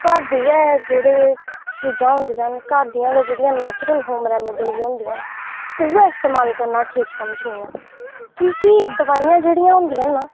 घर दे गै जेह्ड़े चीजां होंदियां न घर दी गै जेह्ड़ियां नैचुरल रेमिडिस होंदी उ'ऐ इस्तेमाल करना ठीक समझनी आं की के दोआइयां जेहड़ियां होदियां ना